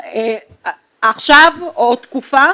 עכשיו או עוד תקופה